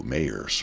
Mayor